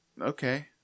okay